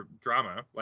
drama